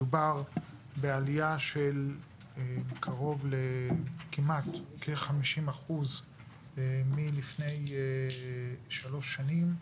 מדובר בעלייה של קרוב כמעט לכ-50% מלפני שלוש שנים,